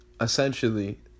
essentially